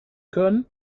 können